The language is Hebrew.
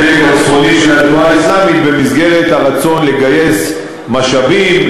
הפלג הצפוני של התנועה האסלאמית במסגרת הרצון לגייס משאבים,